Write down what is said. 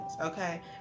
okay